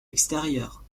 extérieure